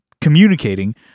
communicating